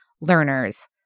learners